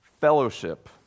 fellowship